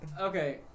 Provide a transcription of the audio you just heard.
Okay